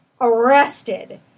arrested